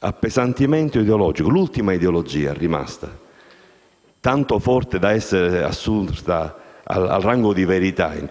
appesantimenti ideologici. L'ultima ideologia rimasta, tanto forte da essere assurta al rango di verità, è